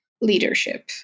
leadership